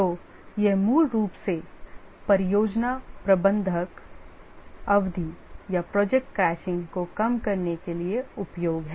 तो यह मूल रूप से परियोजना प्रबंधक परियोजना अवधि या project crashing को कम करने के लिए उपयोग है